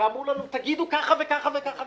ואמרו לנו: תגידו ככה וככה וככה.